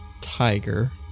tiger